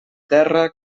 terra